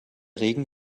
regen